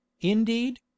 Indeed